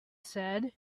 said